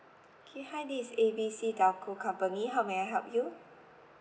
okay hi this is A B C telco company how may I help you